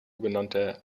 genannter